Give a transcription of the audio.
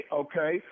okay